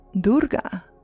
Durga